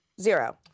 Zero